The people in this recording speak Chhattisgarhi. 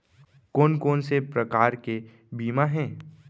कोन कोन से प्रकार के बीमा हे?